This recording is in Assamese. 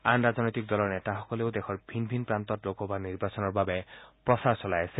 আন ৰাজনৈতিক দলৰ নেতাসকলেও দেশৰ ভিন ভিন প্ৰান্তত লোকসভা নিৰ্বাচনৰ বাবে প্ৰচাৰ চলাই আছে